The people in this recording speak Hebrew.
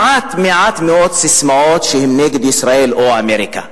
מעט מעט מאוד ססמאות שהן נגד ישראל או אמריקה.